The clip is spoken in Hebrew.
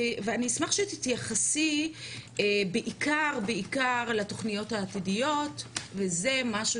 ואני אשמח שתתייחסי בעיקר לתוכניות העתידיות וזה משהו